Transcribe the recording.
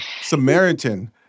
Samaritan